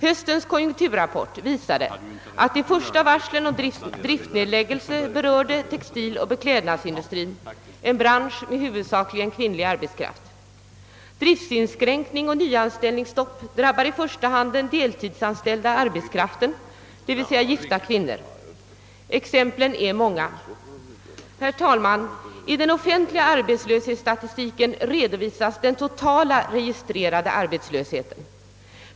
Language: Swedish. Höstens konjunkturrapport visar att de första varslen om driftsnedläggelse berörde textiloch beklädnadsindustrien, en bransch med huvudsakligen kvinnlig arbetskraft. Driftsinskränkning och = nyanställningsstopp drabbar också i första hand den deltidsanställda arbetskraften, d. v. s. gifta kvinnor. Exemplen är många. Herr talman! I den offentliga statistiken redovisas den totala registrerade arbetslösheten.